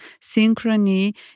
synchrony